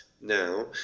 now